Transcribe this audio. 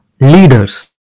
leaders